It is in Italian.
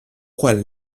quelle